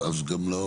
אז גם לא,